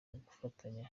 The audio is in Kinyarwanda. gufatanya